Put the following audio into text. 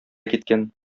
киткән